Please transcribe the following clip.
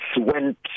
went